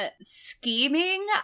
scheming